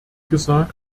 gesagt